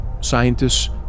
Scientists